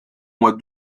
mois